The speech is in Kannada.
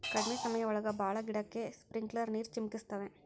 ಕಡ್ಮೆ ಸಮಯ ಒಳಗ ಭಾಳ ಗಿಡಕ್ಕೆ ಸ್ಪ್ರಿಂಕ್ಲರ್ ನೀರ್ ಚಿಮುಕಿಸ್ತವೆ